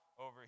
over